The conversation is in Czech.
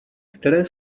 které